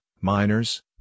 miners